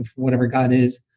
whatever god is,